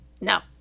no